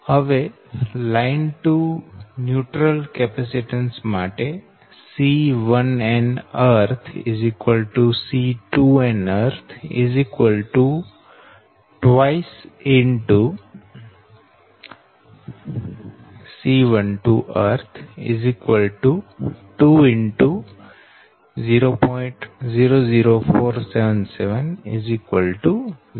હવે line to neutral capacitance માટે C1n C2n 2C12 2 X 0